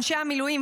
על אנשי המילואים,